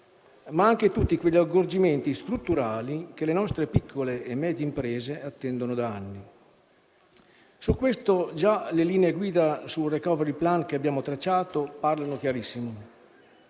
ma anche tutti quegli accorgimenti strutturali che le nostre piccole e medie imprese attendono da anni. A tal fine, già le linee guida sul *recovery plan* che abbiamo tracciato parlano chiarissimo.